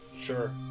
Sure